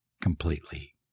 completely